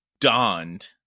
donned